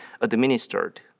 administered